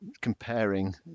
comparing